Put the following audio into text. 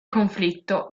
conflitto